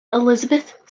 elizabeth